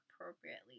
appropriately